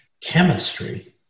chemistry